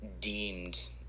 deemed